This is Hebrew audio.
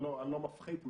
אני לא מפחית מהם,